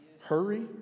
hurry